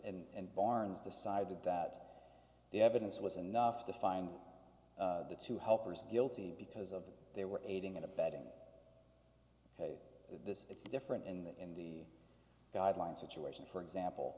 barnes decided that the evidence was enough to find the two helpers guilty because of that they were aiding and abetting this it's different in that in the guidelines situation for example